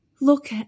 look